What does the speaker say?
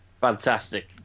fantastic